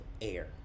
air